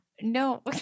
No